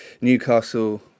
Newcastle